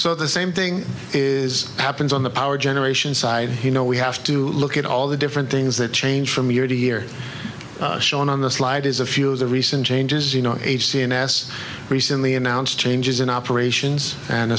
so the same thing is happens on the power generation side you know we have to look at all the different things that change from year to year shown on the slide is a few of the recent changes you know eight cns recently announced changes in operations and